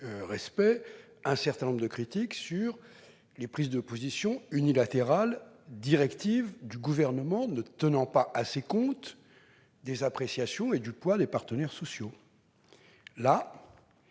respect un certain nombre de critiques sur les prises de position unilatérales, directives, du Gouvernement, qui ne tiendrait pas suffisamment compte des appréciations et du poids des partenaires sociaux. En